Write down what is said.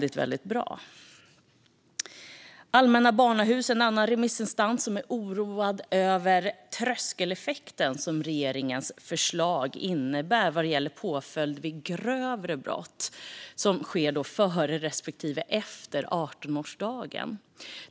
Remissinstansen Allmänna Barnhuset är oroad över den tröskeleffekt som regeringens förslag innebär vad gäller påföljd vid grövre brott som utförs före respektive efter 18-årsdagen.